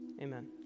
Amen